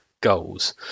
goals